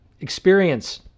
experience